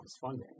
funding